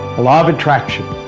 law of attraction